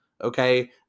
Okay